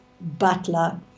butler